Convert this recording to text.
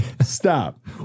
stop